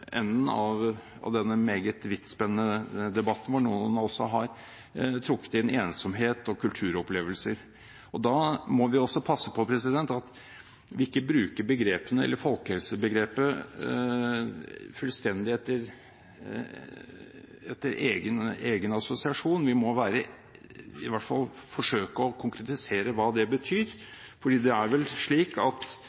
av denne meget vidtspennende debatten, hvor noen også har trukket inn ensomhet og kulturopplevelser. Da må vi passe på at vi ikke bruker folkehelsebegrepet fullstendig etter egen assosiasjon. Vi må i hvert fall forsøke å konkretisere hva det betyr.